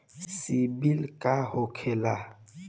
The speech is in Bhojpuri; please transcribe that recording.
सीबील का होखेला?